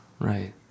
right